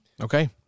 Okay